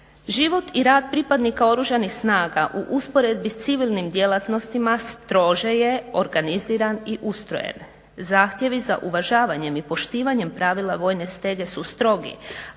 Život i rad pripadnika Oružanih snaga u usporedbi s civilnim djelatnostima strože je organiziran i ustrojen. Zahtjevi za uvažavanjem i poštivanjem pravila vojne stege su strogi,